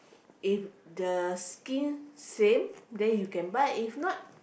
if the skin same then you can buy if not